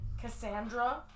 Cassandra